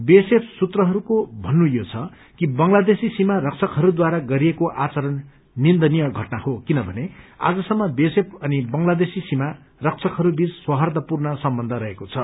BSF सूत्रहरूको भन्नुभ्रूो छ कि बंगलादेशी सीमा रक्षकहरूद्वारा गरिएको आचरण निन्दनीय घटना हो किनभने आजसम्म बीत्रएसत्रएफ अनि बंगलादेशी सीमा रक्षकहरू बीच सोाहादपूर्ण सम्बन्ध रहेको छ